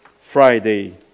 Friday